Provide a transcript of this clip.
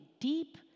deep